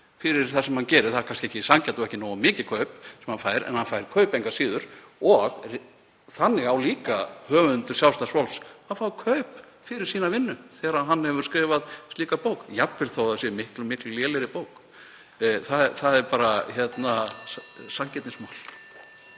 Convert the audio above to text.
fyrir það sem hann gerir — það er kannski ekki sanngjarnt og ekki nógu mikið kaup sem hann fær en hann fær kaup engu að síður. Þannig á höfundur Sjálfstæðs fólks líka að fá kaup fyrir sína vinnu þegar hann hefur skrifað slíka bók, jafnvel þó að það væri miklu lélegri bók. Það er bara sanngirnismál.